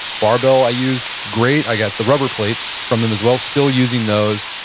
barbell, i used great, i got the rubber plates from them as well, still using those.